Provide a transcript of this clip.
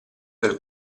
del